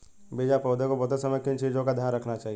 बीज या पौधे को बोते समय किन चीज़ों का ध्यान रखना चाहिए?